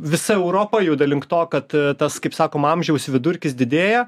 visa europa juda link to kad tas kaip sakoma amžiaus vidurkis didėja